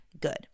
good